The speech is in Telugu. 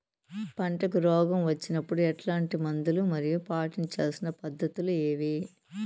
పంటకు రోగం వచ్చినప్పుడు ఎట్లాంటి మందులు మరియు పాటించాల్సిన పద్ధతులు ఏవి?